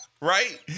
right